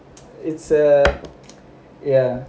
it's a ya